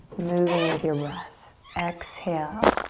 moving with your breath. exhale,